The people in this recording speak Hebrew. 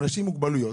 אנשים עם מוגבלויות